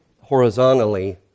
horizontally